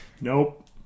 Nope